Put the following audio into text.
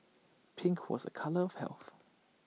pink was A colour of health